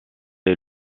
est